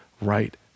right